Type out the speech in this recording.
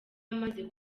amaze